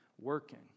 working